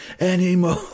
anymore